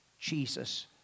Jesus